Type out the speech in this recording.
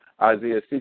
Isaiah